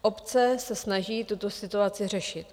Obce se snaží tuto situaci řešit.